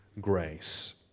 grace